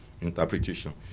interpretation